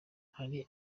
hari